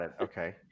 Okay